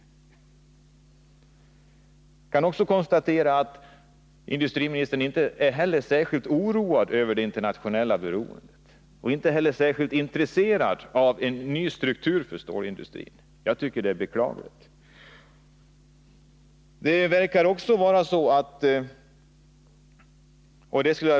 Jag kan också konstatera att industriministern inte heller är särskilt oroad över det internationella beroendet eller särskilt intresserad av en ny struktur för stålindustrin. Jag tycker att det är beklagligt.